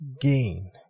gain